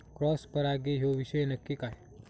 Cross परागी ह्यो विषय नक्की काय?